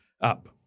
up